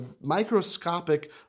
microscopic